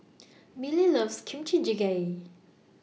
Milly loves Kimchi Jjigae